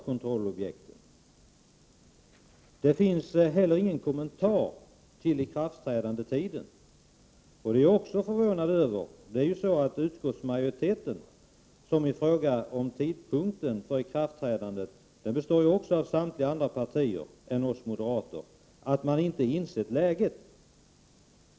Det finns inte heller någon kommentar till ikraftträdandetiden. Jag förvånar mig över att utskottsmajoriteten, som utgörs av representanter för samtliga partier utom moderaterna, inte har insett läget.